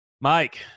Mike